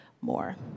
more